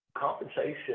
compensation